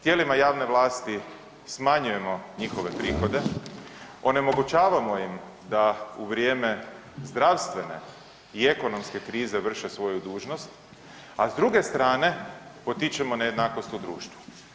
Tijelima javne vlasti smanjujemo njihove prihode, onemogućavamo im da u vrijeme zdravstvene i ekonomske krize vrše svoju dužnost, a s druge strane potičemo nejednakost u društvu.